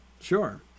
Sure